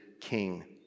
king